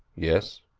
yes?